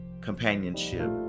companionship